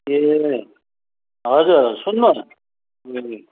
ए हजुर हजुर सुन्नुहोस् ए